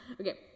Okay